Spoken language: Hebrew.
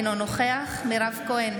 אינו נוכח מירב כהן,